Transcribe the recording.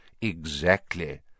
Exactly